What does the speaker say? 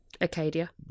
Acadia